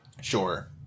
Sure